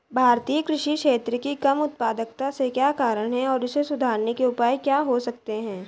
भारतीय कृषि क्षेत्र की कम उत्पादकता के क्या कारण हैं और इसे सुधारने के उपाय क्या हो सकते हैं?